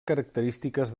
característiques